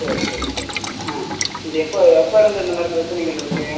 சரி சரி சரிங்க ஆ இது எப்போ எப்போலருந்து இந்த மாதிரி பிரச்சனைகள் இருக்குது